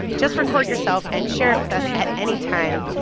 just record yourself and share it with us at any time.